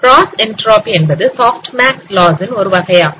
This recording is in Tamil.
கிராஸ் என்ட்ரோபி என்பது ஷாப்ட் மேக்ஸ் லாஸ் ன் ஒரு வகையாகும்